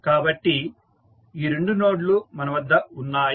కాబట్టి ఈ రెండు నోడ్ లు మన వద్ద ఉన్నాయి